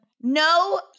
No